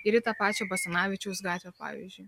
ir į tą pačią basanavičiaus gatvę pavyzdžiui